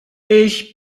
ich